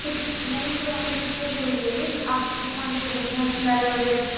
कित नहीं तो हमें अच्छे फूल चाहिए आपके पास जो बढ़िया स्मेल वगैर